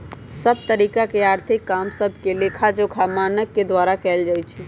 सभ तरिका के आर्थिक काम सभके लेखाजोखा मानक के द्वारा कएल जाइ छइ